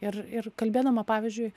ir ir kalbėdama pavyzdžiui